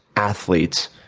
athletes,